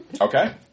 Okay